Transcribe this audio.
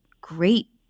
great